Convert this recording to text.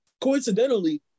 coincidentally